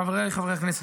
חבריי חברי הכנסת,